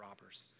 robbers